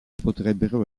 potrebbero